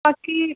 ਬਾਕੀ